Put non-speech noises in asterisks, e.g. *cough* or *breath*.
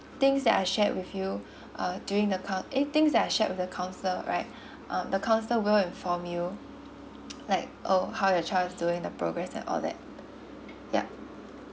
things that are shared with you *breath* uh during the coun~ eh things that are shared with the counselor right *breath* um the counselor will inform you *noise* like oh how your child is doing the progress and all that yup